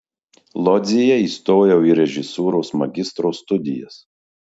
lodzėje įstojau į režisūros magistro studijas